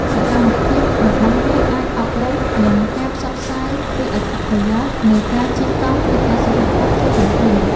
សកម្មភាពរបស់អ្នកអាចអប់រំ និងការផ្សព្វផ្សាយពីអត្ថប្រយោជន៍នៃការជិះកង់ទៅកាន់សហគមន៍ជុំវិញខ្លួន។